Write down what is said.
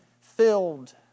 filled